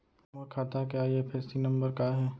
मोर खाता के IFSC number का हे?